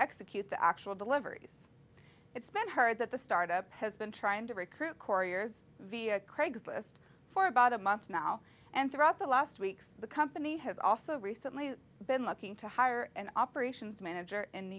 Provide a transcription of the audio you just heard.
execute the actual deliveries it's spent heard that the startup has been trying to recruit core years via craigslist for about a month now and throughout the last weeks the company has also recently been looking to hire an operations manager in new